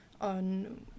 on